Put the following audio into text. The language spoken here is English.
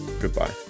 Goodbye